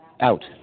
out